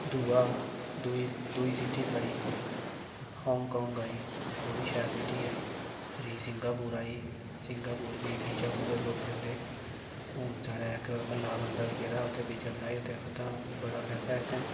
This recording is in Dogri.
दूआ दूई सिटी साढ़ी हांगकांग आई उब्भी शैल सिटी ऐ त्रीऽ सिंगापुर आई सिंगापुर बी बीजा बनाइयै लोक जंदे हून साढ़े इक म्हल्लै बंदा बी गेदा उत्थै बीजा बनाइयै ते ओह् आखदा उत्थै बड़ा पैसा ऐ इत्थै